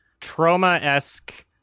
trauma-esque